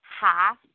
half